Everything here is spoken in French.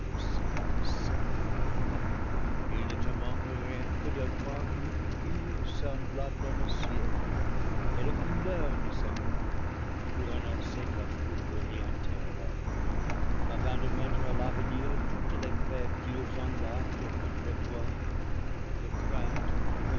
aussi haïssable il ne te manque rien que d'avoir une figure semblable à la sienne et la couleur du serpent pour annoncer ta fourberie intérieure afin de mettre à l'avenir toutes les créatures en garde contre toi de crainte que